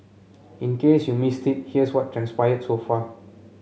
in case you missed it here's what transpired so far